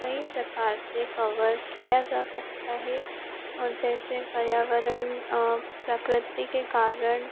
कई प्रकार से कवर किया जा सकता है और जैसे पर्यावरण प्रकृति के कारण